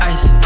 Ice